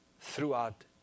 throughout